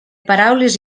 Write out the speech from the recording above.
paraules